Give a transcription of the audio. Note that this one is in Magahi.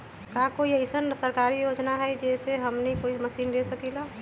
का कोई अइसन सरकारी योजना है जै से हमनी कोई मशीन ले सकीं ला?